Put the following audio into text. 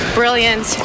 brilliant